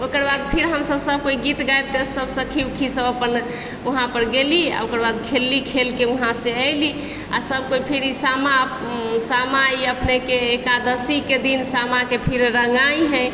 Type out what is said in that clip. ओकरबाद फिर हमसभ सब कोइ गीत गायबके सब सखी उखी सब अपन वहाँपर गेली आओर ओकरबाद खेलली खेलके वहाँसँ अयली आओर सब कोइ फिर सामा सामा ई अपनेके एकादशीके दिन सामाके फिर रँगाइ हइ